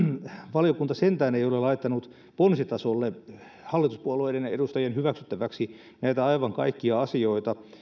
valiokunta sentään ei ole laittanut ponsitasolle hallituspuolueiden edustajien hyväksyttäväksi aivan näitä kaikkia asioita